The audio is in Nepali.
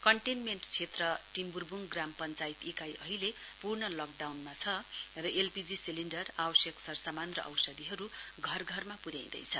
कन्टेन्मेण्ट क्षेत्र टिम्ब्रब्ङ ग्राम पञ्चायत इकाई अहिले पूर्ण लकडाउनमा छ र एलपीजी सिलिण्डर आवश्यक सरसामान र औषधीहरू घरघरमा पुन्याइदैछ